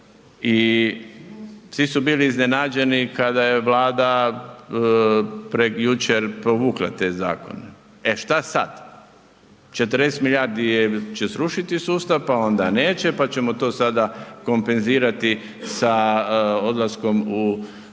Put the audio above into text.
I svi su bili iznenađeni kada je Vlada jučer povukla te zakone. E šta sad? 40 milijardi će srušiti sustav pa onda neće, pa ćemo to sada kompenzirati sa odlaskom u mirovinu